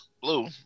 Blue